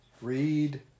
read